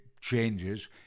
changes